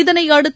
இதனையடுத்து